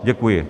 Děkuji.